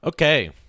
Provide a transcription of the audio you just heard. okay